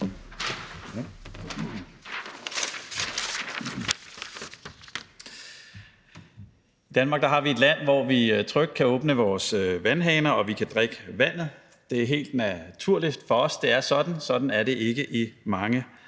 I Danmark har vi et land, hvor vi trygt kan åbne vores vandhaner, og vi kan drikke vandet. Det er helt naturligt for os, at det er sådan – sådan er det ikke mange